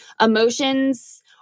Emotions